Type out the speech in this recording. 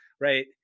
right